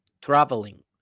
traveling